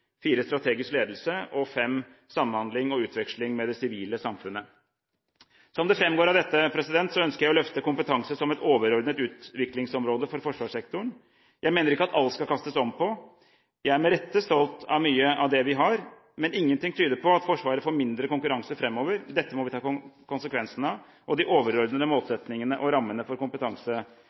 og prosesser strategisk ledelse samhandling og utveksling med det sivile samfunnet Som det framgår av dette, ønsker jeg å løfte kompetanse som et overordnet utviklingsområde for forsvarssektoren. Jeg mener ikke at alt skal kastes om på. Jeg er med rette stolt av mye av det vi har. Men ingenting tyder på at Forsvaret får mindre konkurranse framover. Dette må vi ta konsekvensen av. De overordnede målsettingene og rammene for